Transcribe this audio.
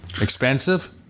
Expensive